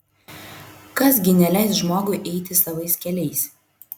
kas gi neleis žmogui eiti savais keliais